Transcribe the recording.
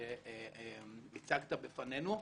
שהצגת בפנינו.